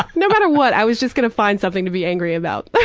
no matter what i was just gonna find something to be angry about. but